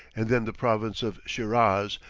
and then the province of shiraz,